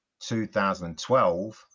2012